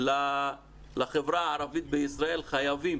לחברה הערבית בישראל, חייבים